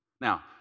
Now